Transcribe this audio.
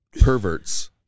Perverts